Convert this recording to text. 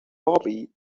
robbie